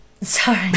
Sorry